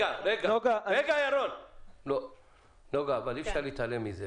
אבל אי אפשר להתעלם מזה